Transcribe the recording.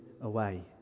away